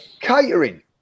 catering